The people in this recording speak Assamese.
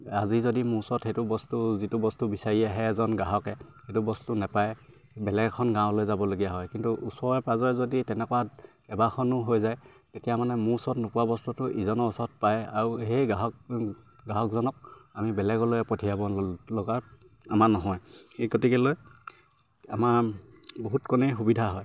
আজি যদি মোৰ ওচৰত সেইটো বস্তু যিটো বস্তু বিচাৰি আহে এজন গ্ৰাহকে সেইটো বস্তু নেপায় বেলেগ এখন গাঁৱলৈ যাবলগীয়া হয় কিন্তু ওচৰে পাজৰে যদি তেনেকুৱা কেইবাখনো হৈ যায় তেতিয়া মানে মোৰ ওচৰত নোপোৱা বস্তুটো ইজনৰ ওচৰত পায় আৰু সেই গ্ৰাহক গ্ৰাহকজনক আমি বেলেগলৈ পঠিয়াব লগা আমাৰ নহয় সেই গতিকেলৈ আমাৰ বহুত কণেই সুবিধা হয়